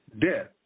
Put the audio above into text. death